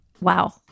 wow